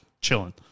chilling